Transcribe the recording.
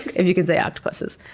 if you can say octopuses.